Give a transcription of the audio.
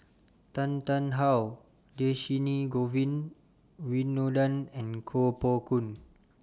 Tan Tarn How Dhershini Govin Winodan and Koh Poh Koon